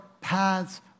paths